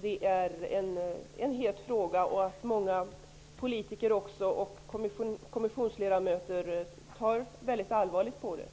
det är en het fråga och att många politiker och kommissionsledamöter tar väldigt allvarligt på den.